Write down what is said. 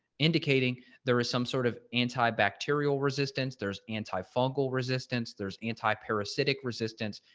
indicating there is some sort of antibacterial resistance, there's antifungal resistance, there's anti parasitic resistance.